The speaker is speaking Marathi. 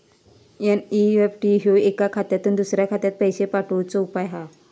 एन.ई.एफ.टी ह्यो एका खात्यातुन दुसऱ्या खात्यात पैशे पाठवुचो उपाय हा